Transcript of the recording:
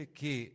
che